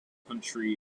country